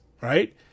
right